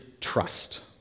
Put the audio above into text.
trust